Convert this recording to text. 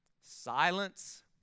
Silence